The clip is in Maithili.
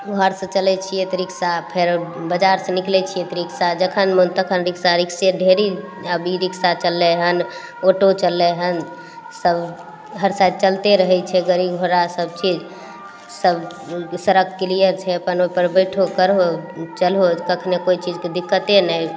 घरसँ चलय छियै तऽ रिक्शा फेर बजारसँ निकलय छियै तऽ रिक्शा जखन मोन तखन रिक्शा रिक्शे ढ़ेरी आब ई रिक्शा चललय हन ऑटो चललय हन सब हर समय चलते रहय छै गड़ी घोड़ा सबचीज सब सड़क क्लियर छै अपन ओइपर बैठहो करहो चलहो कखनो कोइ चीजके दिक्कते नहि